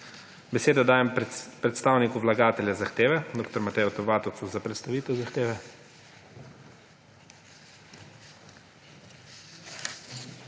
Besedo dajem predstavniku vlagateljev zahteve dr. Mateju T. Vatovcu za predstavitev zahteve.